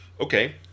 okay